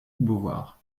beauvoir